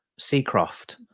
Seacroft